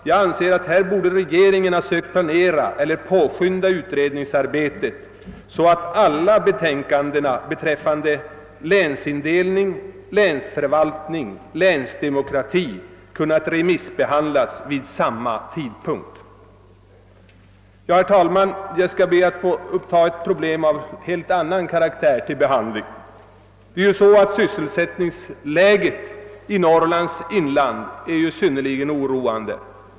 Jag anser att regeringen borde ha sökt planera eller påskynda utredningsarbetet, så att alla betänkanden beträffande länsindelning, länsförvaltning och länsdemokrati kunnat remissbehandlas vid samma tidpunkt. Herr talman! Jag skall be att få ta upp ett problem av helt annan karaktär till behandling. Sysselsättningsläget i Norrlands inland är ju synnerligen oroande.